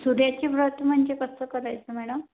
सूर्याची व्रत म्हणजे कसं करायचं मॅडम